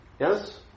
Yes